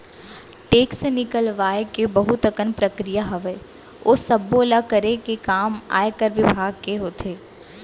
tax निकलवाय के बहुत अकन प्रक्रिया हावय, ओ सब्बो ल करे के काम आयकर बिभाग के होथे